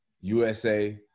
USA